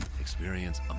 experience